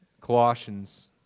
Colossians